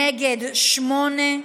שמונה מתנגדים.